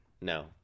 No